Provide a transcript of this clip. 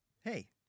hey